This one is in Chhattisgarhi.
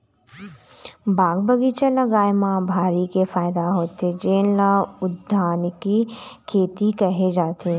बाग बगीचा लगाए म भारी के फायदा होथे जेन ल उद्यानिकी खेती केहे जाथे